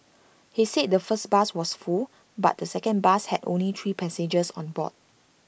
he said the first bus was full but the second bus had only three passengers on board